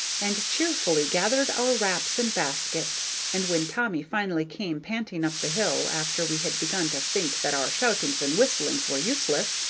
and cheerfully gathered our wraps and baskets and when tommy finally came panting up the hill after we had begun to think that our shoutings and whistling were useless,